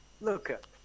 look